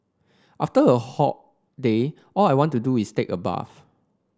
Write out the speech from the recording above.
after a hot day all I want to do is take a bath